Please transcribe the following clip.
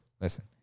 listen